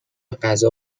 غذا